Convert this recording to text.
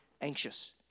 anxious